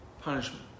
Punishment